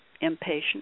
impatient